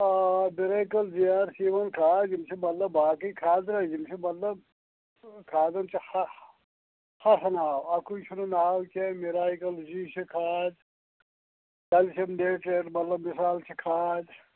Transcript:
بِرایکَرزیار چھِ یِوان کھاد یِم چھِ مطلب باقٕے کھادٕ یِم چھِ مطلب کھادَن چھِ ہتھ ناو اَکُے چھُنہٕ ناو کینٛہہ مِرایکٕل جی چھِ یہِ چھےٚ کھاد کَلشَم نایٹرٛیٹ مطلب مِثال چھ کھاد